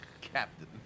Captain